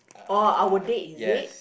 orh our date is it